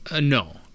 No